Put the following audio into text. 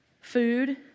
food